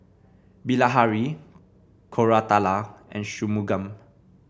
Bilahari Koratala and Shunmugam